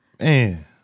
Man